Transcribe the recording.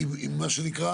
מה שנקרא,